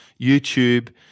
youtube